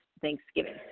Thanksgiving